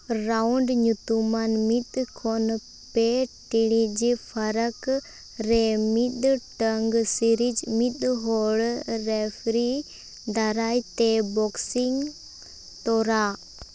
round ᱧᱩᱛᱩᱢᱟᱱ ᱢᱤᱫᱽ ᱠᱷᱚᱱ ᱯᱮ ᱴᱤᱲᱤᱡᱽ ᱯᱷᱟᱨᱟᱠ ᱨᱮ ᱢᱤᱫᱴᱟᱹᱝ ᱥᱤᱨᱤᱡᱽ ᱢᱤᱫᱽᱦᱚᱲ ᱨᱮᱯᱷᱨᱤ ᱫᱟᱨᱟᱭᱛᱮ ᱵᱚᱠᱥᱤᱝ ᱛᱚᱨᱟᱜ